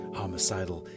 homicidal